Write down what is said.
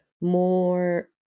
more